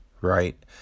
right